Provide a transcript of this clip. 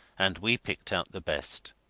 and we picked out the best.